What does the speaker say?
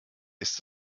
ist